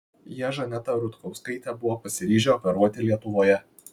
jie žanetą rutkauskaitę buvo pasiryžę operuoti lietuvoje